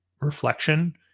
reflection